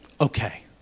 okay